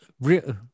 Real